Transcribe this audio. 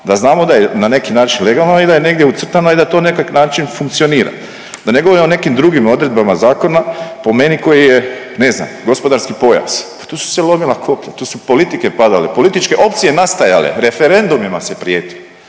da znamo da je na neki način legalno i da je negdje ucrtano i da to na nekakav način funkcionira. Da ne govorim o nekim drugim odredbama zakona, po meni koji je, ne znam, gospodarski pojas, pa to su se lomila koplja, tu su politike padale, političke opcije nastajale, referendumima se prijeti.